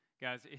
Guys